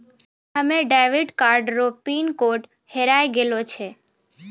हमे debit card रो pin code हेराय गेलो छै